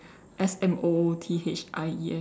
S M O O T H I E S